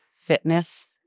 fitness